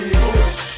push